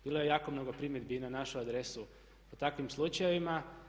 Bilo je jako primjedbi i na našu adresu u takvim slučajevima.